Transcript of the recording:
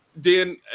Dan